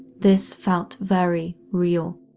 this felt very real.